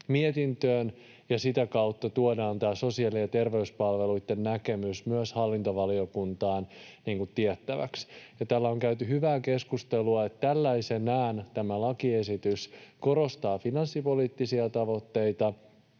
mietintöön ja sitä kautta tuodaan tämä sosiaali- ja terveyspalveluitten näkemys myös hallintovaliokuntaan tiettäväksi. Täällä on käyty hyvää keskustelua, että tällaisenaan tämä lakiesitys korostaa finanssipoliittisia tavoitteita